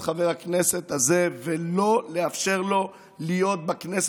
חבר הכנסת הזה ולא לאפשר לו להיות בכנסת.